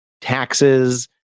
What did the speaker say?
taxes